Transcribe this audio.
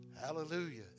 hallelujah